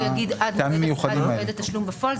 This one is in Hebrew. הוא יגיד עד מועד התשלום בפועל,